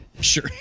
Sure